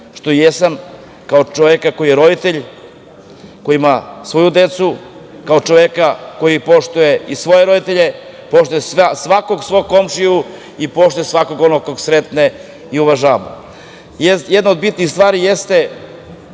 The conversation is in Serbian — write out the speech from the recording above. što i jesam, kao čoveka koji je roditelj, koji ima svoju decu, kao čoveka koji poštuje i svoje roditelje i svakog svog komšiju i svakog onog kog sretne i uvažava. Jedna od bitnih stvari jeste